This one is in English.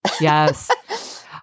Yes